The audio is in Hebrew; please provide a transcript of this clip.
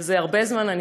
וזה הרבה זמן,